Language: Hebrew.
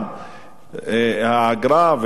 גם האגרה,